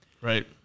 Right